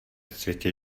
světě